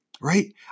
right